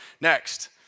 Next